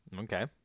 okay